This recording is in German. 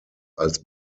als